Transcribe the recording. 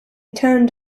turned